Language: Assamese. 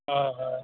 হয় হয়